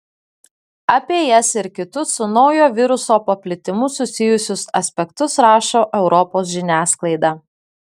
apie jas ir kitus su naujo viruso paplitimu susijusius aspektus rašo europos žiniasklaida